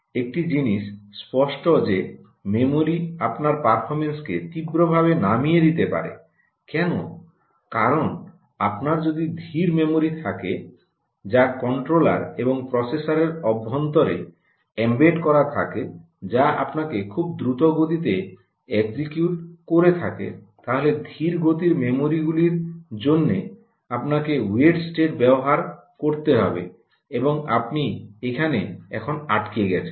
একটি জিনিস স্পষ্ট যে মেমরি আপনার পারফরম্যান্সকে তীব্রভাবে নামিয়ে দিতে পারে কেন কারণ আপনার যদি ধীর মেমরি থাকে যা কন্ট্রোলার এবং প্রসেসরের অভ্যন্তরে এম্বেড করা থাকে যা আপনাকে খুব দ্রুত গতিতে এক্সিকিউট করে থাকে তাহলে ধীর গতির মেমরিগুলির জন্য আপনাকে ওয়েট স্টেট ব্যবহার করতে হবে এবং আপনি এখানে এখন আটকে গেছেন